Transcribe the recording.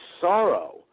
sorrow